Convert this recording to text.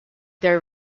their